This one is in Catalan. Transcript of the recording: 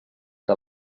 que